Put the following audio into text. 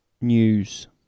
news